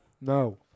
No